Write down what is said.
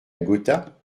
gotha